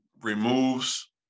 removes